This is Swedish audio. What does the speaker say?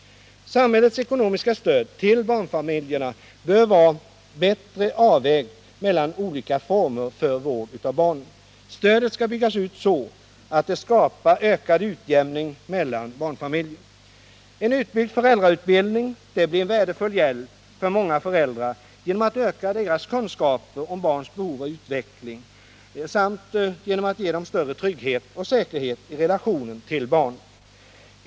Samhällets ekonomiska stöd till barnfamiljerna bör vara bättre avvägt mellan olika former för vård av barn. Stödet skall byggas ut så att det skapar ökad utjämning mellan barnfamiljer. En utbyggd föräldrautbildning blir en värdefull hjälp för många föräldrar genom att öka deras kunskaper om barns behov och utveckling samt genom att ge dem en större trygghet och säkerhet i relationen till barnet.